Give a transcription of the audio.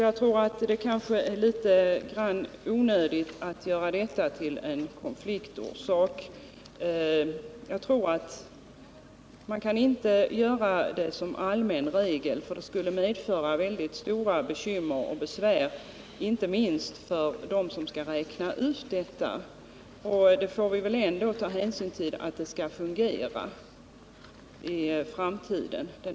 Jag tror alltså det är litet onödigt att göra detta till en konfliktorsak. Men en allmän regel om avdragsrätt i sådana fall tror jag skulle medföra stora bekymmer och besvär, inte minst för dem som skall räkna ut avdraget. Reformen måste ju vara sådan att den fungerar i framtiden.